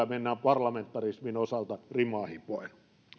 mennään parlamentarismin osalta rimaa hipoen